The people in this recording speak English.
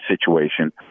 situation